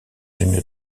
une